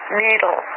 needle